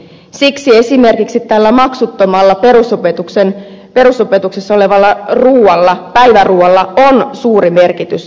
siksi esimerkiksi maksuttomalla perusopetuksessa olevalla päiväruualla on suuri merkitys lapsen arjelle